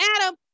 Adam